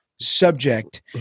subject